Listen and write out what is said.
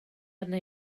arna